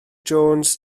jones